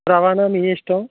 రవాణా మీ ఇష్టం